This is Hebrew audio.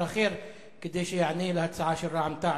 אחר כדי שיענה על ההצעה של רע"ם-תע"ל,